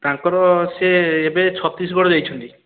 ତାଙ୍କର ସେ ଏବେ ଛତିଶଗଡ଼ ଯାଇଛନ୍ତି